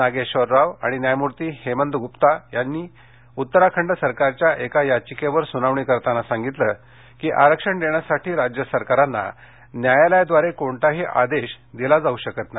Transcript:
नागेश्वर राव आणि न्यायमूर्ती हेमंद गुप्ता यांनी उत्तराखंड सरकारच्या एका याचिकेवर सुनावणी करताना सांगितलं की आरक्षण देण्यासाठी राज्य सरकारांना न्यायालयाद्वारे कोणताही आदेश दिला जाऊ शकत नाही